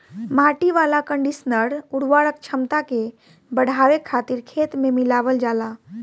माटी वाला कंडीशनर उर्वरक क्षमता के बढ़ावे खातिर खेत में मिलावल जाला